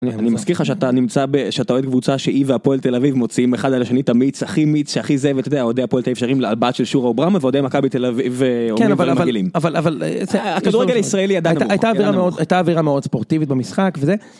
אני מזכיר לך שאתה נמצא ב.. שאתה אוהד קבוצה שהיא והפועל תל אביב מוצאים אחד על השני תמיץ הכי מיץ שהכי זה ואתה יודע אוהדי הפועל תהיה שרים לבת של שורה אוברוב ואוהדי מכבי תל אביב אומרים דברים מגעילים. אבל אבל. הכדורגל הישראלי עדיין. הייתה אווירה מאוד ספורטיבית במשחק וזה.